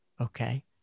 okay